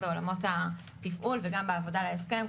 בעולמות התפעול וגם בעבודה על ההסכם.